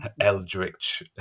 eldritch